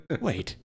Wait